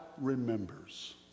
remembers